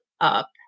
up